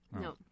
no